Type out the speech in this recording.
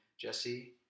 Jesse